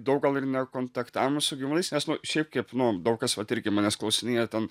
daug gal ir nekontaktavome su gyvūnais nes nu šiaip kaip nu daug kas vat irgi manęs klausinėja ten